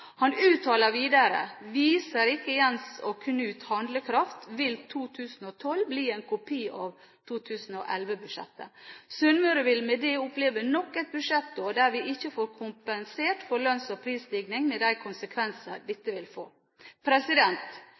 Han uttaler videre: «Viser ikke Jens og Knut handlekraft, vil 2012-budsjettet bli en kopi av 2011-budsjettet. Sunnmøre vil oppleve ennå et budsjettår der vi ikke får kompensert for lønns- og prisstigning, med de konsekvenser dette vil